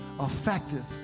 Effective